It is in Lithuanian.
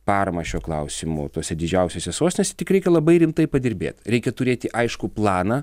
paramą šiuo klausimu tose didžiausiose sostinėse tik reikia labai rimtai padirbėt reikia turėti aiškų planą